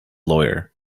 lawyer